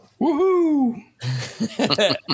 Woohoo